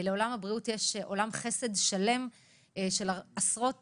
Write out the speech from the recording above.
לעולם הבריאות יש עולם חסד שלם של עשרות